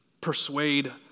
persuade